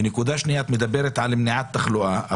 את מדברת על מניעת תחלואה,